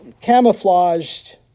camouflaged